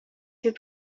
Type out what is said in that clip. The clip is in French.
fait